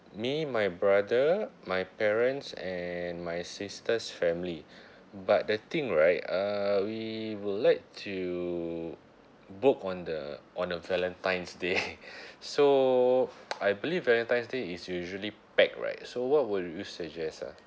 me my brother my parents and my sister's family but the thing right uh we would like to book on the on the valentine's day so I believe valentine's day is usually packed right so what would you suggest ah